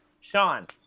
Sean